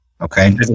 Okay